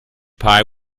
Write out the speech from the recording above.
pie